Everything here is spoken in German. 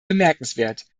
bemerkenswert